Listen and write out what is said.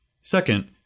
Second